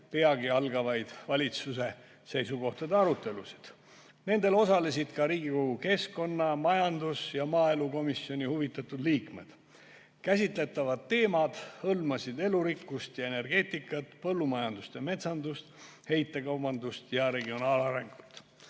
peagi algavaid valitsuse seisukohtade arutelusid. Nendel osalesid ka Riigikogu keskkonna-, majandus- ja maaelukomisjoni huvitatud liikmed. Käsitletavad teemad hõlmasid elurikkust ja energeetikat, põllumajandust ja metsandust, heitekaubandust ja regionaalarengut. Pakett